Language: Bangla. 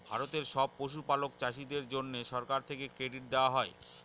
ভারতের সব পশুপালক চাষীদের জন্যে সরকার থেকে ক্রেডিট দেওয়া হয়